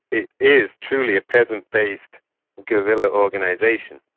it is truly a peasant-based guerrilla organisation,